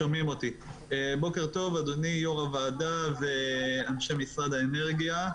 אדוני יושב-ראש הוועדה ואנשי משרד האנרגיה.